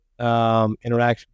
interaction